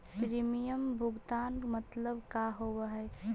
Premium भुगतान मतलब का होव हइ?